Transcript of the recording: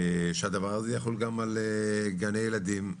שהדבר הזה יחול גם על גני ילדים.